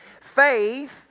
Faith